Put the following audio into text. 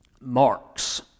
marks